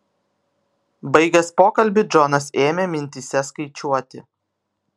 baigęs pokalbį džonas ėmė mintyse skaičiuoti